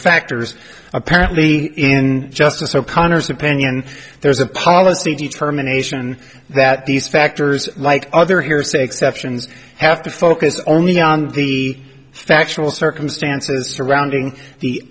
factors apparently and justice o'connor's opinion there's a policy determination that these factors like other hearsay exceptions have to focus only on the factual circumstances surrounding the